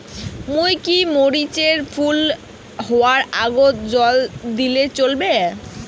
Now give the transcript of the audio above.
মুই কি মরিচ এর ফুল হাওয়ার আগত জল দিলে চলবে?